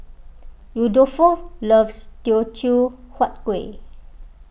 Rudolfo loves Teochew Huat Kuih